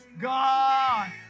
God